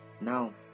Now